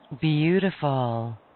Beautiful